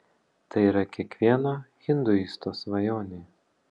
tai yra kiekvieno hinduisto svajonė